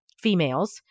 females